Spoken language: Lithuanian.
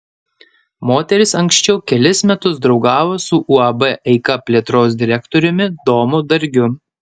moteris anksčiau kelis metus draugavo su uab eika plėtros direktoriumi domu dargiu